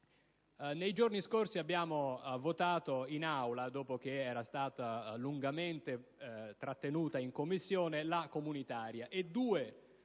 Nei giorni scorsi, abbiamo votato in Aula, dopo che era stata lungamente trattenuta in Commissione, la legge comunitaria.